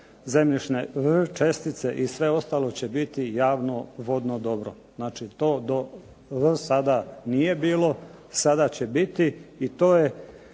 zemljišne čestice i sve ostalo će biti javno vodno dobro. Znači to do sada nije bilo. Sada će biti. I to je